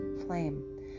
flame